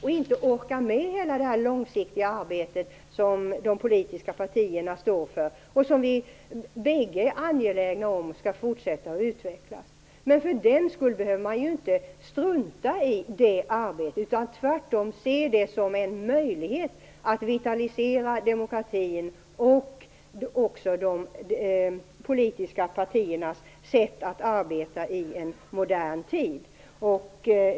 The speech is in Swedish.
De orkar inte med hela det långsiktiga arbete som de politiska partierna står för och som vi bägge är angelägna om skall fortsätta att utvecklas. Men för den skull behöver man inte strunta i det arbetet, utan tvärtom se det som en möjlighet att vitalisera demokratin och de politiska partiernas sätt att arbeta i en modern tid.